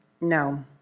No